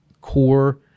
core